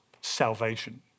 salvation